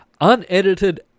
unedited